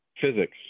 physics